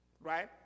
right